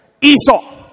Esau